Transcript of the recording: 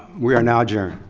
we are now adjourned.